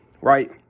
right